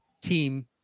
team